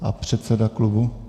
A předseda klubu?